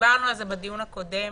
דיברנו על זה בדיון הקודם.